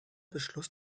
beschluss